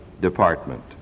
department